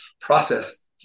process